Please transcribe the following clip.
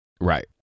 Right